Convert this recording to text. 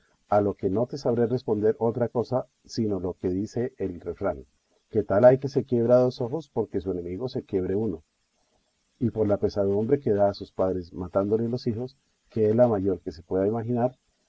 a lo que no te sabré responder otra cosa sino lo que dice el refrán que tal hay que se quiebra dos ojos porque su enemigo se quiebre uno y por la pesadumbre que da a sus padres matándoles los hijos que es la mayor que se puede imaginar